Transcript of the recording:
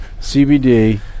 CBD